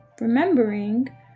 remembering